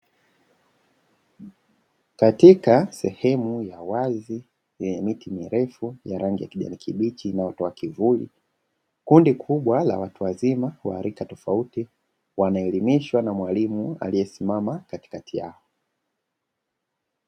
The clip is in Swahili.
Katika sehemu ya wazi yenye miti mirefu ya rangi ya kijani kibichi inayotoa kivuli kundi kubwa la watu wazima wa rika tofauti wanaelimishwa na mwalimu aliyesimama katikati yao.